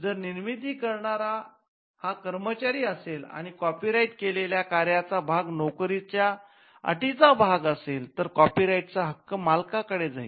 जर निर्मिती करणारा हा कर्मचारी असेल आणि कॉपीराइट केलेल्या कार्याचा भाग नोकरीच्या अटींचा भाग असेल तर कॉपी राईट चा हक्क मालक कडे जाईल